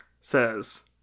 says